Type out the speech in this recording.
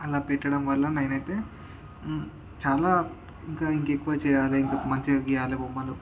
అలా పెట్టడం వల్ల నేనైతే చాలా ఇంకా ఇంకా ఎక్కువ చేయాలి మంచిగ గీయ్యాలి బొమ్మలు